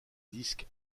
disque